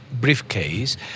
briefcase